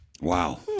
Wow